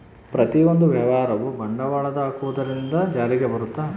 ಪ್ರತಿಯೊಂದು ವ್ಯವಹಾರವು ಬಂಡವಾಳದ ಹಾಕುವುದರಿಂದ ಜಾರಿಗೆ ಬರುತ್ತ